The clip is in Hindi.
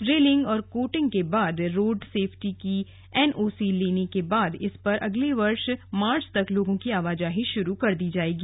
रेलिंग और कोटिंग के बाद रोड सेफ्टी की एनओसी लेने के बाद इस पर अगले वर्ष मार्च तक लोगों की आवाजाही शुरू कर दी जाएगी